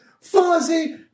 Fuzzy